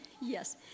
yes